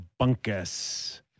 Bunkus